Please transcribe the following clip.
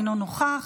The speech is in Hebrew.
אינו נוכח,